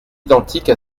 identique